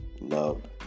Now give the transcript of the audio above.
loved